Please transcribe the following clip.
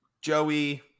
joey